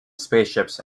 spaceships